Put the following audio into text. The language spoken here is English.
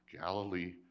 Galilee